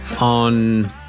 on